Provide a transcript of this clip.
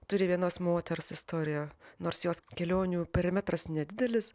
turi vienos moters istoriją nors jos kelionių perimetras nedidelis